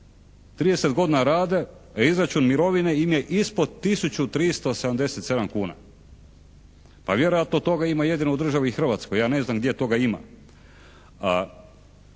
30 godina rade a izračun mirovine im je ispod tisuću 377 kuna. Pa vjerojatno toga ima jedino u državi Hrvatskoj. Ja ne znam gdje toga ima.